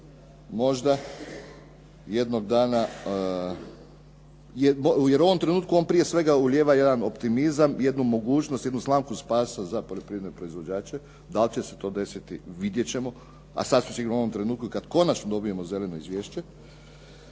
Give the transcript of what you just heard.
možda jednog dana jer u ovom trenutku on prije svega ulijeva jedan optimizam, jednu mogućnost, jednu slamku spasa za poljoprivredne proizvođače, da li će se to desiti vidjet ćemo a sasvim sigurno u ovom trenutku kad konačno dobijemo "zeleno izvješće".